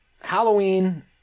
Halloween